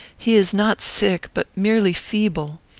he is not sick, but merely feeble.